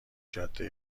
جاده